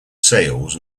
sales